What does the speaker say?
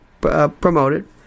promoted